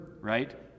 right